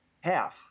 Half